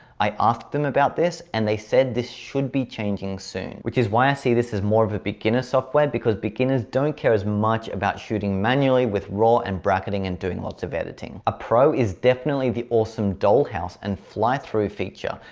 i asked them about this and they said this should be changing soon, which is why i see this is more of a beginner software because beginners don't care as much about shooting manually with raw and bracketing and doing lots of editing. a pro is definitely the awesome dollhouse and flythrough feature.